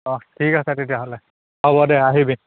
অঁ ঠিক আছে তেতিয়াহ'লে হ'ব দে আহিবি